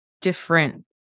different